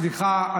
סליחה,